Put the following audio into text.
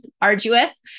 arduous